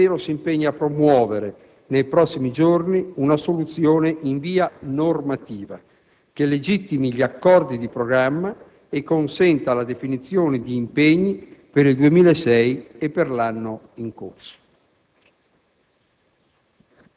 il Ministero si impegna a promuovere nei prossimi giorni una soluzione in via normativa, che legittimi gli accordi di programma e consenta la definizione di impegni per il 2006 e per l'anno in corso.